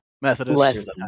Methodist